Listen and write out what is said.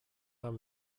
haben